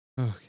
okay